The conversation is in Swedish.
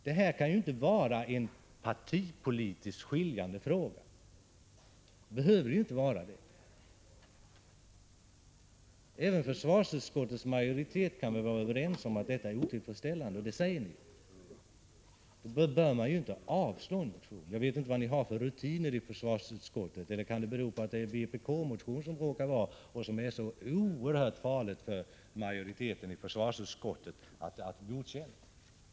Det här kan inte vara en partipolitiskt skiljande fråga, eller behöver inte vara det. Försvarsutskottets majoritet instämmer ju i att ersättningen är otillfredsställande, och då bör den inte avstyrka motionen. Jag vet inte vilka rutiner man har i försvarsutskottet — om det förhållandet att det är fråga om en vpk-motion gör det hela så oerhört farligt att majoriteten inte vill anta yrkandet.